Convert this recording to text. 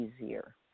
easier